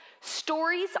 stories